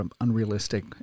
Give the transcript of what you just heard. unrealistic